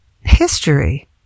history